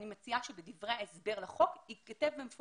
אני מציעה שבדברי ההסבר לחוק ייכתב במפורש